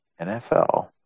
NFL